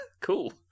cool